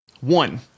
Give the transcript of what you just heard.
One